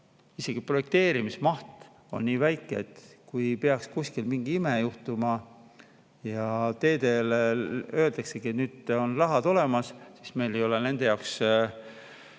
isegi projekteerimismaht on nii väike, et kui peaks kuskil mingi ime juhtuma ja öeldaksegi, et teede jaoks on nüüd rahad olemas, siis meil ei ole nende jaoks